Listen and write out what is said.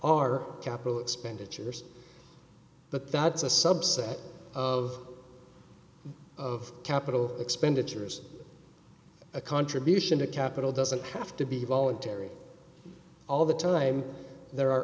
are capital expenditures but that's a subset of of capital expenditures a contribution to capital doesn't have to be voluntary all the time there are